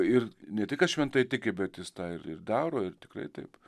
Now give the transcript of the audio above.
ir ne tik kad šventai tiki bet jis tą ir daro ir tikrai taip